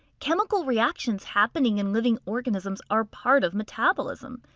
chemical reactions happening in living organisms are part of metabolism.